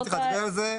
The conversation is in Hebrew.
לא צריך להצביע על זה.